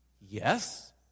Yes